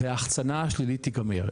וההחצנה השלילית תיגמר.